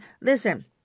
Listen